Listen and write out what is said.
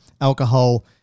alcohol